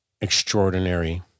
extraordinary